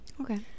Okay